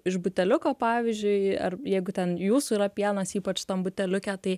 iš buteliuko pavyzdžiui ar jeigu ten jūsų yra pienas ypač buteliuke tai